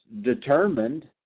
determined